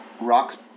Rock's